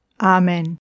Amen